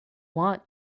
want